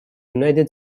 united